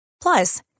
Plus